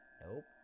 Nope